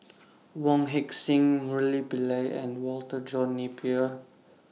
Wong Heck Sing Murali Pillai and Walter John Napier